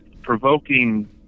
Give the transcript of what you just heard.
provoking